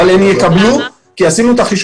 עדיין לא קיבלו אבל הן יקבלו כי עשינו את החישוב